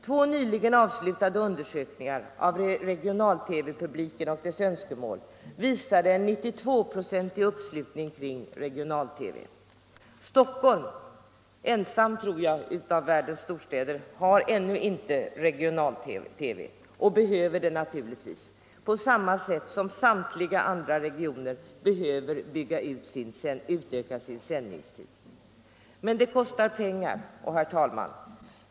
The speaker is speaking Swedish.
Två nyligen avslutade undersökningar av regional-TV-publiken och dess önskemål visade en 92-procentig uppslutning kring regional-TV. Stockholm — ensamt, tror jag, av världens storstäder — har ännu inte regional TV men behöver det naturligtvis på samma sätt som samtliga andra regioner behöver utöka sin sändningstid. Men det kostar pengar.